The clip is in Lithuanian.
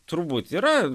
turbūt yra